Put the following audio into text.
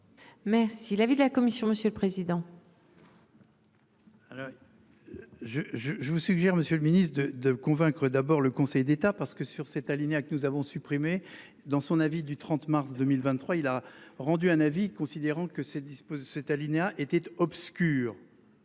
si l'avis de la commission, monsieur le président. Alors. Je je je vous suggère Monsieur le Ministre de de convaincre d'abord le conseil d'état parce que sur cet alinéa que nous avons supprimé dans son avis du 30 mars 2023, il a rendu un avis, considérant que ces dispose de cet alinéa était obscur.